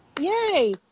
Yay